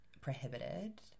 prohibited